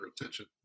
attention